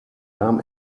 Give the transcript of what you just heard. darm